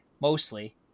mostly